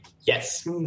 Yes